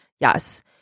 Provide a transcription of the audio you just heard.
Yes